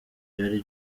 byari